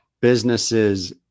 businesses